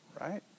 right